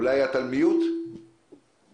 אם הוא ממילא בלי נשק ולא עושה כלום,